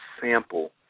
sample